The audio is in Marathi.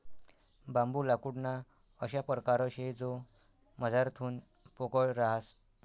बांबू लाकूडना अशा परकार शे जो मझारथून पोकय रहास